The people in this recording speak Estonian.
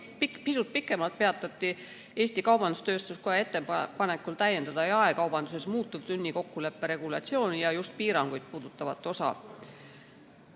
pisut pikemalt peatuti Eesti Kaubandus-Tööstuskoja ettepanekul täiendada jaekaubanduses muutuvtunnikokkuleppe regulatsiooni ja just piiranguid puudutavat osa.